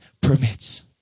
permits